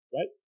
Right